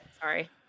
sorry